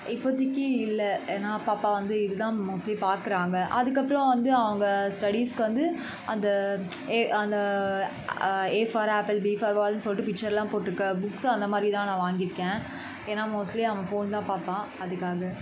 இப்பத்தைக்கி இல்லை ஏன்னா பாப்பா வந்து இது தான் மோஸ்ட்லி பார்க்குறாங்க அதுக்கப்புறம் வந்து அவங்க ஸ்டடீஸ்க்கு வந்து அந்த எ அந்த A for apple B for பால்ன்னு சொல்லிட்டு பிக்ச்சர்லாம் போட்டிருக்க புக்ஸு அந்தமாதிரி தான் நான் வாங்கியிருக்கேன் ஏன்னா மோஸ்ட்லி அவன் ஃபோன் தான் பார்ப்பான் அதுக்காக